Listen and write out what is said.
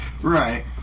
right